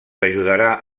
ajudarà